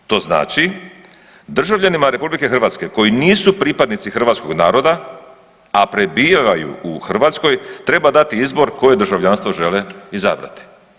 To znači, državljanima RH koji nisu pripadnici hrvatskog naroda, a prebivaju u Hrvatskoj, treba dati izbor koje državljanstvo žele izabrati.